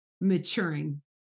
maturing